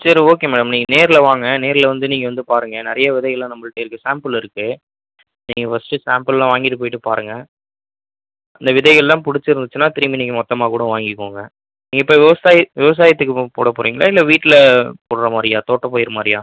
சரி okay madam நீங்கள் நேரில் வாங்க நேரில் வந்து நீங்கள் வந்து பாருங்கள் நிறைய விதையெல்லாம் நம்மள்ட்ட இருக்குது சாம்ப்பிள் இருக்குது நீங்கள் ஃபஸ்ட்டு சாம்ப்பிளெலாம் வாங்கிகிட்டு போய்விட்டு பாருங்கள் அந்த விதைகளெலாம் பிடிச்சிருந்துச்சினா திரும்பி நீங்கள் மொத்தமாக கூட வாங்கிக்கோங்க நீங்கள் இப்போ விவசாயி விவசாயத்துக்கு போ போடப் போகிறிங்களா இல்லை வீட்டில் போடுற மாதிரியா தோட்டப்பயிர் மாதிரியா